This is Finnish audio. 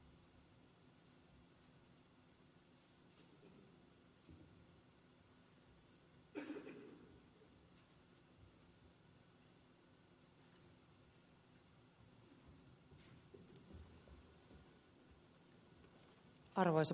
arvoisa puhemies